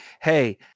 Hey